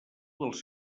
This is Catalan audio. dels